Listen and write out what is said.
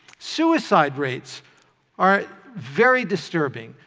suicide rates are very disturbing.